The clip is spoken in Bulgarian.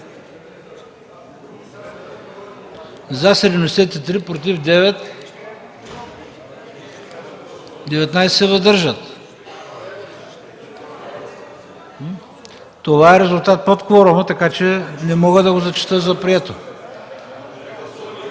за 73, против 9, въздържали се 19. Това е резултат под кворума, така че не мога да го зачета за прието.